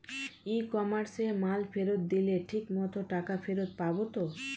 ই কমার্সে মাল ফেরত দিলে ঠিক মতো টাকা ফেরত পাব তো?